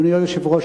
אדוני היושב-ראש,